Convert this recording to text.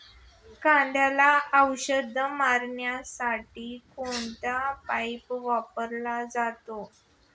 कांद्याला औषध मारण्यासाठी कोणता पंप वापरला जातो?